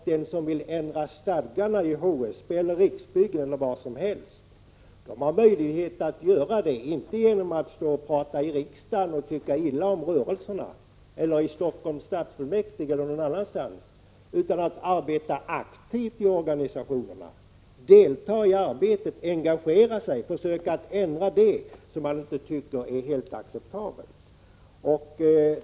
Den som vill ändra stadgarna i HSB eller Riksbyggen t.ex. har möjlighet att göra det — inte genom att stå och prata illa i riksdagen, Stockholms kommunfullmäktige eller någon annanstans om rörelsen, utan genom att arbeta aktivt i organisationen, delta i arbetet, engagera sig och försöka ändra det som man inte tycker är helt acceptabelt.